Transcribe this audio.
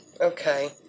okay